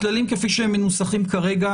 הכללים כפי שהם מנוסחים כרגע,